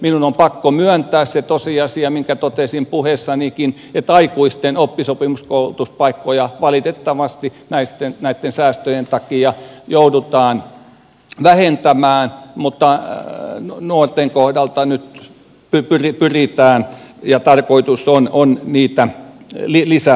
minun on pakko myöntää se tosiasia minkä totesin puheessanikin että aikuisten oppisopimuskoulutuspaikkoja valitettavasti näitten säästöjen takia joudutaan vähentämään mutta nuorten kohdalla nyt pyrkimys ja tarkoitus on niitä lisätä